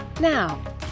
Now